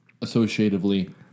associatively